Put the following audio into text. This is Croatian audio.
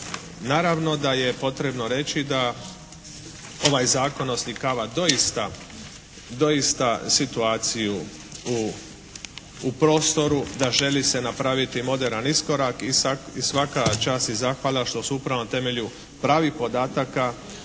Naravno da je potrebno reći da ovaj Zakon oslikava doista, doista situaciju u prostoru da želi se napraviti moderan iskorak i svaka čast i zahvala što se upravo na temelju pravih podataka